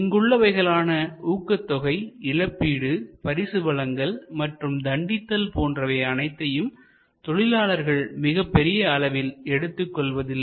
இங்குள்ளவைகளான ஊக்கத்தொகை இழப்பீடு பரிசு வழங்கல் மற்றும் தண்டித்தல் போன்றவை அனைத்தையும் தொழிலாளர்கள் மிகப் பெரிய அளவில் எடுத்துக் கொள்வதில்லை